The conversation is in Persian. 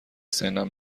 سنم